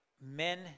men